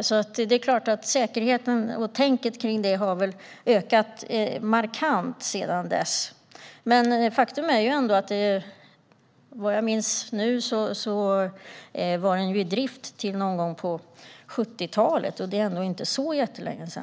Så det är klart att säkerheten och tänket kring den har ökat markant sedan dess. Men faktum är att den reaktorn, såvitt jag minns, var i drift till någon gång på 70talet; det är ändå inte så jättelänge sedan.